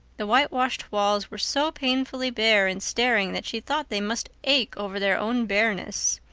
the whitewashed walls were so painfully bare and staring that she thought they must ache over their own bareness.